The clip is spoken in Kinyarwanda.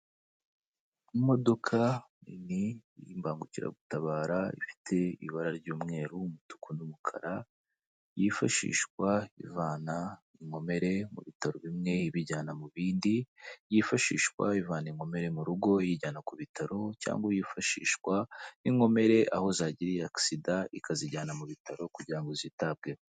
Imodoka ni imbangukiragutabara ifite ibara ry'umweru, umutuku n'umukara, yifashishwa ivana inkomere mu bitaro bimwe ibijyana mu bindi, yifashishwa ivana inkomere mu rugo Iyijyana ku bitaro cyangwa yifashishwa n'inkomere aho zagiriyega agisida ikazijyana mu bitaro kugira ngo zitabweho.